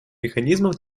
механизмов